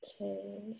Okay